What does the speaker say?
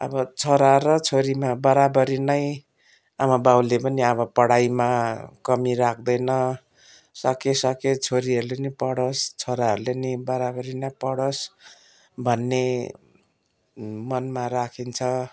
अब छोरा र छोरीमा बराबरी नै आमाबाउले पनि अब पढाइमा कमी राख्दैन सके सके छोरीहरूले नि पढोस् छोराहरूले नि बराबरी नै पढोस् भन्ने मनमा राखिन्छ